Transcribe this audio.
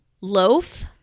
loaf